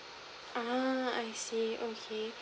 (uh huh) I see okay